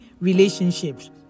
relationships